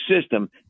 system